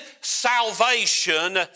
salvation